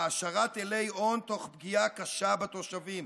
העשרת אילי הון תוך פגיעה קשה בתושבים.